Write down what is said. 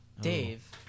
Dave